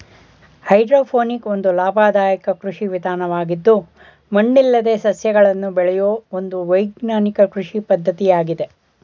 hydroponic ಒಂದು ಲಾಭದಾಯಕ ಕೃಷಿ ವಿಧಾನವಾಗಿದ್ದು ಮಣ್ಣಿಲ್ಲದೆ ಸಸ್ಯಗಳನ್ನು ಬೆಳೆಯೂ ಒಂದು ವೈಜ್ಞಾನಿಕ ಕೃಷಿ ಪದ್ಧತಿಯಾಗಿದೆ